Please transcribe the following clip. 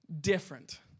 different